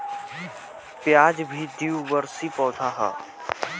प्याज भी द्विवर्षी पौधा हअ